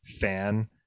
fan